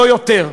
לא יותר.